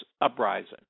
uprising